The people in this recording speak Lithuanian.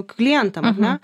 klientam ar ne